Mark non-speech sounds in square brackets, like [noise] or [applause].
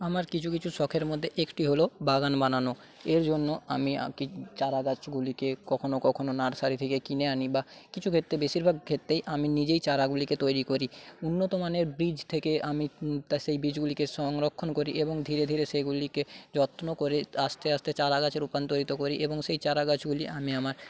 আমার কিছু কিছু সখের মধ্যে একটি হল বাগান বানানো এর জন্য আমি [unintelligible] চারাগাছগুলিকে কখনো কখনো নার্সারি থেকে কিনে আনি বা কিছু ক্ষেত্রে বেশীরভাগ ক্ষেত্রে আমি নিজেই চারাগুলিকে তৈরি করি উন্নত মানের বীজ থেকে আমি তা সেই বীজগুলিকে সংরক্ষণ করি এবং ধীরে ধীরে সেগুলিকে যত্ন করে আস্তে আস্তে চারা গাছে রূপান্তরিত করি এবং সেই চারাগাছগুলি আমি আমার